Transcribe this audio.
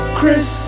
Chris